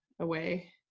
away